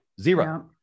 zero